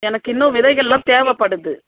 எனக்கு இன்னும் விதைகள்லாம் தேவைப்படுது